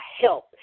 help